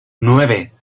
nueve